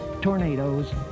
tornadoes